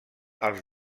als